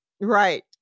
right